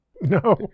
No